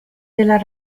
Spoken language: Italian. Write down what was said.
della